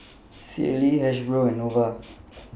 Sealy Hasbro and Nova